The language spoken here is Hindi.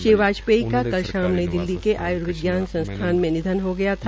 श्री वाजपेयी का कल शाम नई दिल्ली के आयुर्विज्ञान संस्थान में निधन हो गया था